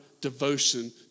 devotion